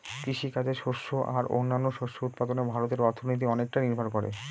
কৃষিকাজে শস্য আর ও অন্যান্য শস্য উৎপাদনে ভারতের অর্থনীতি অনেকটাই নির্ভর করে